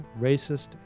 racist